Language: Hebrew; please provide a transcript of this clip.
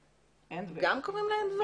גם קוראים לה אנדבלד?